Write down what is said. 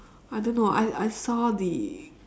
I don't know I I saw the